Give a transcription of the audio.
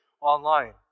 online